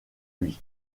lui